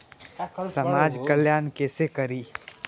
समाज कल्याण केसे करी?